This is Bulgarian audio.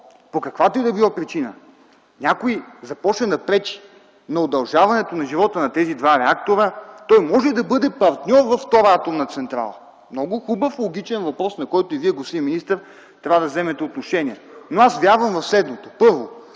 по каквато и да е било причина някой започне да пречи на удължаването на живота на тези два реактора, той може да бъде партньор във втора атомна централа. Това е много хубав логичен въпрос, по който и Вие, господин министър, трябва да вземете отношение. Аз вярвам в следното. Първо,